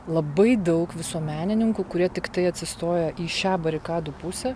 labai daug visuomenininkų kurie tiktai atsistoja į šią barikadų pusę